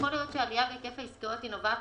יכול להיות שהעלייה בהיקף העסקאות נובעת